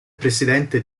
presidente